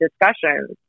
discussions